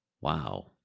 Wow